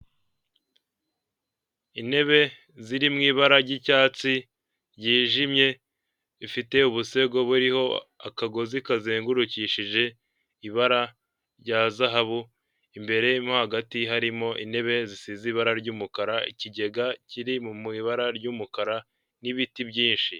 Intebe ziri mu ibara ry'icyatsi ryijimye rifite ubusego buriho akagozi kazengurukishije ibara rya zahabu, imbere Mo hagati harimo intebe zisize ibara ry'umukara, ikigega kiri mu ibara ry'umukara n'ibiti byinshi.